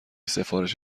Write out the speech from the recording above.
سفارش